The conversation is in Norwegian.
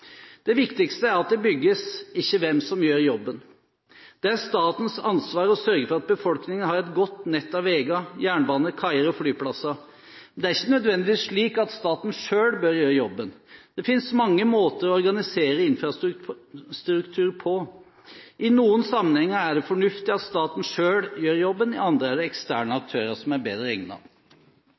Det viktigste er at det bygges – ikke hvem som gjør jobben. Det er statens ansvar å sørge for at befolkningen har et godt nett av veier, jernbane, kaier og flyplasser. Men det er ikke nødvendigvis slik at staten selv bør gjøre jobben. Det finnes mange måter å organisere infrastruktur på. I noen sammenhenger er det fornuftig at staten selv gjør jobben, i andre er det eksterne aktører som er bedre